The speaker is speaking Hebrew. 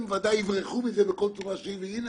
הם בוודאי יברחו מזה בכל צורה שהיא והנה,